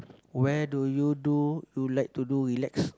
where do you do you like to do relax